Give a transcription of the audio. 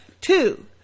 Two